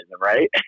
right